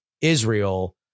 Israel